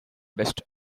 best